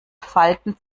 falten